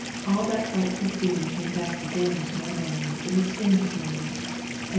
all that frightful scene came back again to my mind in the strangest manner,